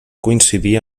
coincidir